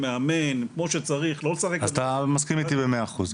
מאמן כמו שצריך אז אתה מסכים איתי ב-100 אחוז.